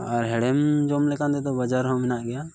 ᱟᱨ ᱦᱮᱲᱮᱢ ᱡᱚᱢ ᱞᱮᱠᱟᱛᱮᱫᱚ ᱵᱟᱡᱟᱨ ᱦᱚᱸ ᱢᱮᱱᱟᱜ ᱜᱮᱭᱟ